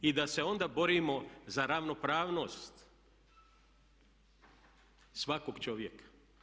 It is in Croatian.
I da se onda borimo za ravnopravnost svakog čovjeka.